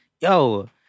yo